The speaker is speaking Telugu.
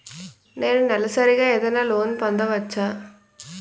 నేను నెలసరిగా ఏదైనా లోన్ పొందవచ్చా?